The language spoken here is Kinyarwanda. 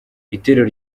itorero